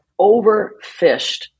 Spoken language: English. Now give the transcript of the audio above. overfished